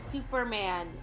Superman